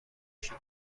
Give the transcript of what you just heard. کشیده